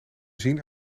zien